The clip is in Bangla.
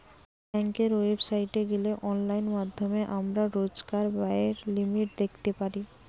বেংকের ওয়েবসাইটে গিলে অনলাইন মাধ্যমে আমরা রোজকার ব্যায়ের লিমিট দ্যাখতে পারি